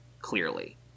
clearly